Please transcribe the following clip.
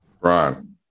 Ron